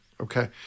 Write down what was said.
Okay